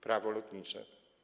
Prawo lotnicze.